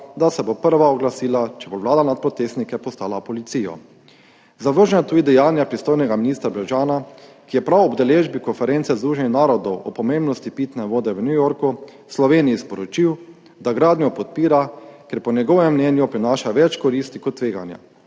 da se bo prva oglasila, če bo Vlada nad protestnike poslala policijo. Zavrženo je tudi dejanje pristojnega ministra Brežana, ki je prav ob udeležbi na konferenci Združenih narodov o pomembnosti pitne vode v New Yorku Sloveniji sporočil, da gradnjo podpira, ker po njegovem mnenju prinaša več koristi kot tveganja.